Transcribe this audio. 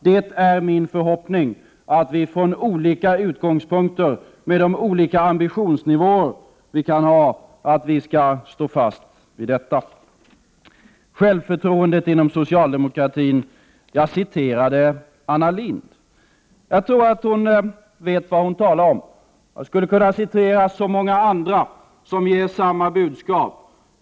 Det är min förhoppning att vi från olika utgångspunkter och med de olika ambitionsnivåer vi har skall stå fast vid denna kompromiss. Jag citerade Anna Lindh när det gällde självförtroendet inom socialdemokratin. Jag tror att hon vet vad hon talar om. Jag skulle kunna citera många andra som ger samma budskap.